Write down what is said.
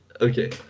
Okay